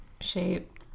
shape